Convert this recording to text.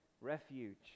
refuge